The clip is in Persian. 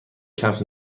کمپ